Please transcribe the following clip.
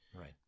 Right